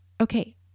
okay